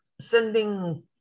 sending